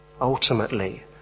Ultimately